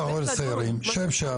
קח אוהל סיירים, שב שם.